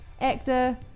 actor